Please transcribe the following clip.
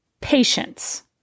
Patience